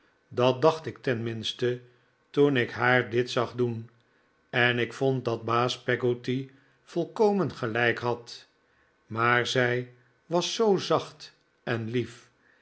dat dacht ik tenminste toen ik haar dit zag doen en ik vond dat baas peggotty volkomen gelijk had maar zij was zoo zacht en lief